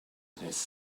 his